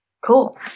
Cool